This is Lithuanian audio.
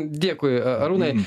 dėkui arūnai